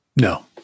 No